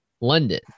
London